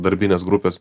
darbines grupės